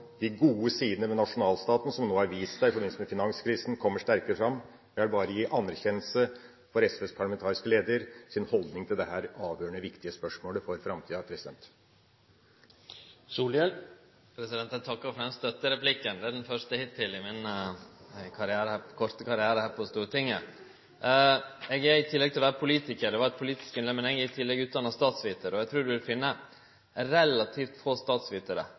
de gode sidene ved nasjonalstaten som nå har vist seg i forbindelse med finanskrisen, kommer sterkere fram. Jeg vil bare gi anerkjennelse til SVs parlamentariske leder for hans holdning til dette avgjørende viktige spørsmålet for framtida. Eg takkar for den støttereplikken, det er den første hittil i min korte karriere her på Stortinget. Eg er i tillegg til å vere politikar – det var eit politisk innlegg – utdanna statsvitar, og eg trur ein vil finne relativt få